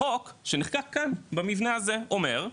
החוק שנחקק כאן, במבנה הזה, אומר,